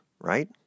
right